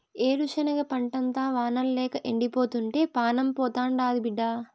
ఏరుశనగ పంటంతా వానల్లేక ఎండిపోతుంటే పానం పోతాండాది బిడ్డా